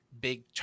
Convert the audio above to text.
big